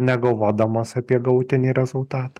negalvodamas apie galutinį rezultatą